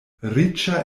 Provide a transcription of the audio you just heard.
riĉa